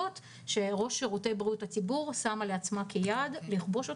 אחרת, הוא לא היה מצליח לדחוק את